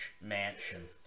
mansion